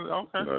okay